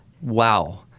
Wow